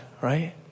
Right